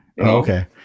Okay